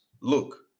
Look